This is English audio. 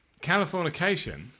Californication